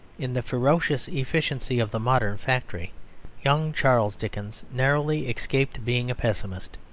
in the ferocious efficiency of the modern factory young charles dickens narrowly escaped being a pessimist.